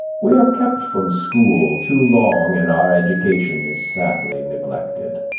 we are kept from school too long, and our education is sadly neglected.